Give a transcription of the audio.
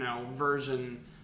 version